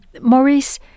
Maurice